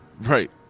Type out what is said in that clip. Right